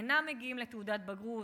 אינם מגיעים לתעודת בגרות,